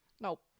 Nope